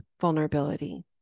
vulnerability